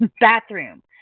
bathroom